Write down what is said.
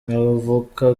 avuka